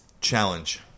Challenge